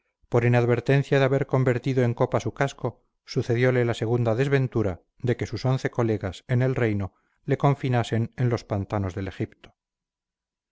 por la inadvertencia de haber convertido en copa su casco sucedióle la segunda desventura de que sus once colegas en el reino le confinasen en los pantanos del egipto